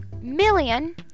million